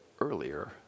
earlier